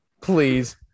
Please